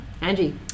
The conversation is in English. Angie